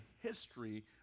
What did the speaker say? history